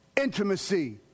Intimacy